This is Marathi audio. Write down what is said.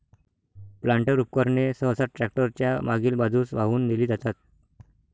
प्लांटर उपकरणे सहसा ट्रॅक्टर च्या मागील बाजूस वाहून नेली जातात